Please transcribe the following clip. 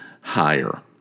higher